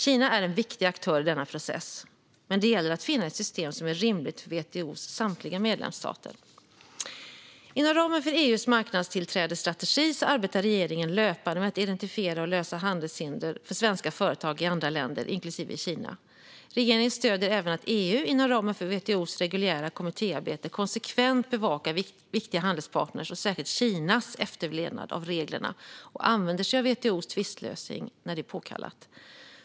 Kina är en viktig aktör i denna process, men det gäller att finna ett system som är rimligt för WTO:s samtliga medlemsstater. Inom ramen för EU:s marknadstillträdesstrategi arbetar regeringen löpande med att identifiera och undanröja handelshinder för svenska företag i andra länder, inklusive Kina. Regeringen stöder även att EU inom ramen för WTO:s reguljära kommittéarbete konsekvent bevakar viktiga handelspartners, särskilt Kinas, efterlevnad av reglerna och använder sig av WTO:s tvistlösning när det är påkallat.